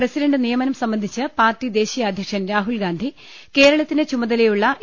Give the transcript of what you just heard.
president നിയമനം സംബന്ധിച്ച് party ദേശീയ അദ്ധ്യക്ഷൻ രാഹുൽഗാന്ധി കേരളത്തിന്റെ ചുമതലയുള്ള എ